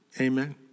Amen